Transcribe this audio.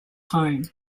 home